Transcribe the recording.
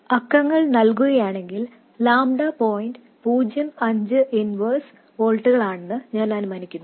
അക്കങ്ങൾ നൽകുകയാണെങ്കിൽ lambda point പൂജ്യം അഞ്ച് ഇൻവേഴ്സ് വോൾട്ടുകളാണെന്ന് ഞാൻ അനുമാനിക്കുന്നു